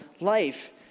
life